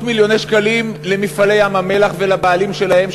מיליוני שקלים ל"מפעלי ים-המלח" ולבעלים שלהם,